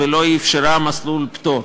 ולא אפשר מסלול פטור.